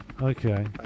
Okay